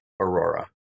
Aurora